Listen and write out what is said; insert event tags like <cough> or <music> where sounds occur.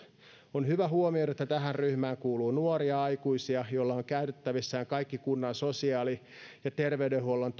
on hyvä huomioida että tähän ryhmään kuuluu nuoria aikuisia joilla on käytettävissään kaikki kunnan sosiaali ja terveydenhuollon <unintelligible>